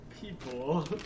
people